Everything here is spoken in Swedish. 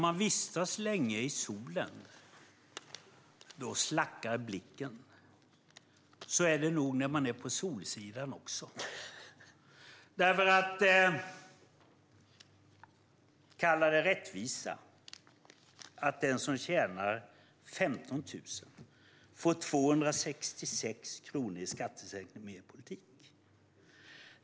Fru talman! Om man vistas länge i solen slackar blicken. Så är det nog när man är på solsidan också. Det kallas rättvisa att den som tjänar 15 000 får 266 kronor i skattesänkning med er politik.